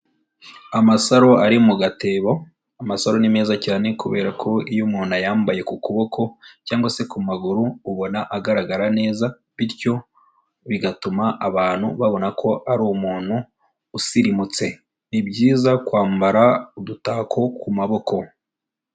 Amasaro ari mu gatebo, amasaro ni meza cyane kubera ko iyo umuntu ayambaye ku kuboko cyangwa se ku maguru, ubona agaragara neza bityo bigatuma abantu babona ko ari umuntu usirimutse, ni byiza kwambara udutako ku maboko.